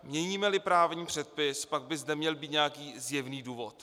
Měnímeli právní předpis, pak by zde měl být nějaký zjevný důvod.